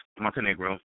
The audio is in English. montenegro